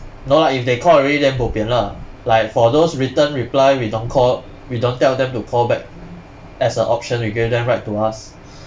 no lah if they call already then bo pian lah like for those return reply we don't call we don't tell them to call back as a option we give them write to us